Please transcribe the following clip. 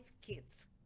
kids